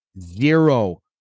zero